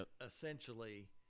essentially